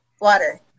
Water